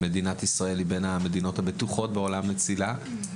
מדינת ישראל היא בין המדינות הבטוחות בעולם לצלילה,